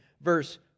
verse